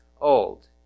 old